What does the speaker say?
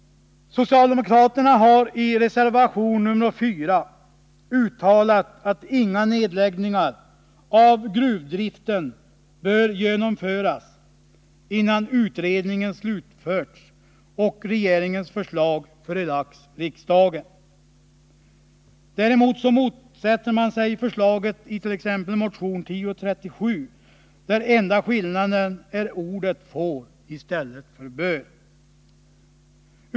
Socialdemokraterna har i reservation 4 till näringsutskottets betänkande nr 50 uttalat att inga nedläggningar av gruvdriften bör genomföras, innan utredningen slutförts och regeringens förslag förelagts riksdagen. Däremot motsätter man sig förslaget it.ex. motion 1037, trots att den enda skillnaden är att man i reservationen använder ordet bör medan motionen använder ordet får.